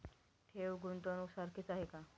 ठेव, गुंतवणूक सारखीच आहे का?